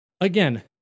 again